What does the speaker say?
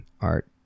art